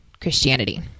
Christianity